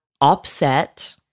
upset